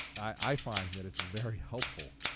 i find that it's very helpful.